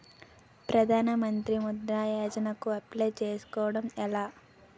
ప్రధాన మంత్రి ముద్రా యోజన కు అప్లయ్ చేసుకోవటం ఎలా?